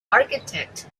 architect